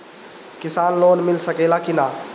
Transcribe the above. किसान लोन मिल सकेला कि न?